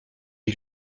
est